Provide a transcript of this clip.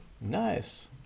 Nice